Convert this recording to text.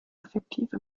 effektive